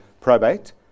probate